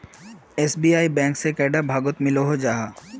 SBI bank से कैडा भागोत मिलोहो जाहा?